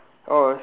oh